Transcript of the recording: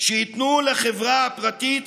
שייתנו לחברה פרטית,